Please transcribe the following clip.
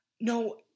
No